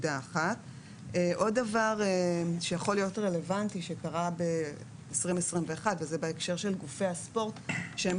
עוד דבר שיכול להיות רלוונטי שקרה ב-2021 בהקשר לגופי הספורט שהם